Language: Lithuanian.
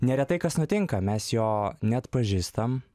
neretai kas nutinka mes jo neatpažįstam